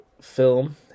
film